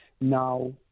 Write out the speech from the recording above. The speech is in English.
Now